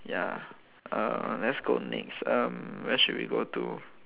ya lah uh let's go next um where should we go to